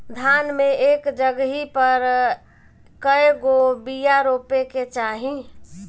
धान मे एक जगही पर कएगो बिया रोपे के चाही?